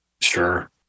sure